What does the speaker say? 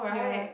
yeah